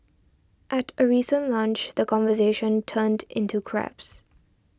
at a recent lunch the conversation turned into crabs